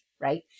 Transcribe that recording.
Right